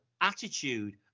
attitude